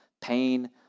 pain